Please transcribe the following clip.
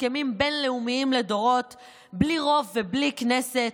הסכמים בין-לאומיים לדורות בלי רוב ובלי כנסת.